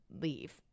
leave